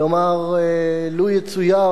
כלומר, לו יצויר